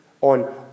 on